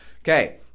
Okay